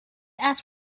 ask